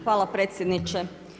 Hvala predsjedniče.